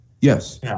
Yes